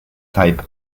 type